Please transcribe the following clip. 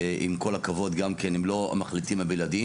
ועם כל הכבוד גם כן הם לא המחליטים הבלעדיים.